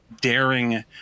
daring